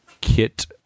Kit